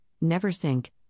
Neversink